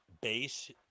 base